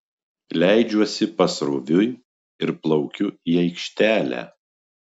leidžiuosi pasroviui ir plaukiu į aikštelę